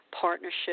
partnership